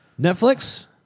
Netflix